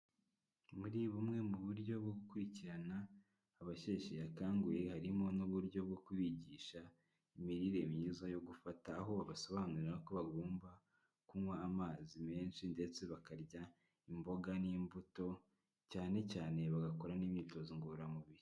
Muri bumwe mu buryo bwo gukurikirana, abasheshe akanguhe, harimo n'uburyo bwo kubigisha imirire myiza yo gufata, aho basobanurira ko bagomba kunywa amazi menshi, ndetse bakarya imboga n'imbuto, cyane cyane bagakora n'imyitozo ngororamubiri.